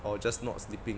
or just not sleeping